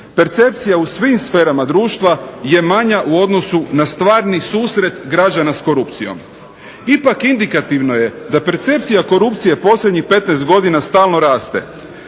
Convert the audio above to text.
Percepcija u svim sferama društva je manja u odnosu na stvarni susret građana s korupcijom. Ipak indikativno je da percepcija korupcije posljednjih 15 godina stalno raste.